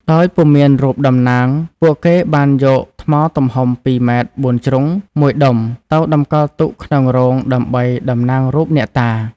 ដោយពុំមានរូបតំណាងពួកគេបានយកថ្មទំហំ ២ ម៉ែត្របួនជ្រុងមួយដុំ ទៅតម្កល់ទុកក្នុងរោងដើម្បីតំណាងរូបអ្នកតា ។